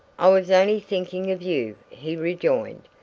i was only thinking of you, he rejoined,